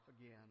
again